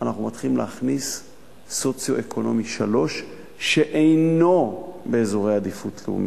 אנחנו מתחילים להכניס סוציו-אקונומי 3 שאינו באזורי עדיפות לאומית,